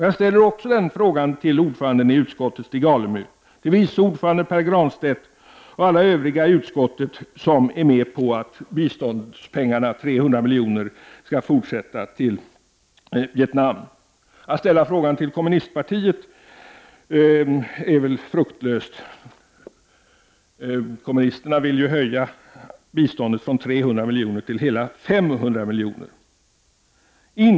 Jag ställer den frågan också till ordföranden i utskottet Stig Alemyr, och vice ordföranden Pär Granstedt och alla övriga i utskottet som är med på ett fortsatt bistånd med 300 milj.kr. till Vietnam. Att ställa frågan till kommunistpartiet är väl fruktlöst. Kommunisterna vill ju höja biståndet från 300 milj.kr. till hela 500 milj.kr.